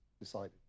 decided